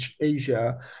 Asia